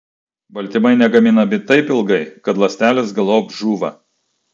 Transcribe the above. baltymai negaminami taip ilgai kad ląstelės galop žūva